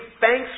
thanks